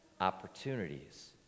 opportunities